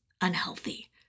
unhealthy